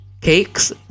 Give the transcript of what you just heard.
Cakes